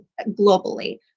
globally